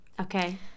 Okay